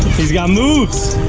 he's got moves.